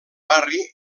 barri